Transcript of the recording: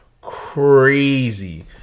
crazy